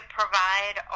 provide